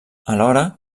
alhora